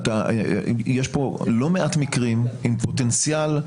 אבל יש פה לא מעט מקרים עם פוטנציאל,